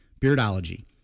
Beardology